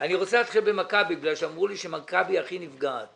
רוצה להתחיל בקופת חולים מכבי כי אמרו לי שמכבי הכי נפגעת.